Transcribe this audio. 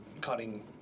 cutting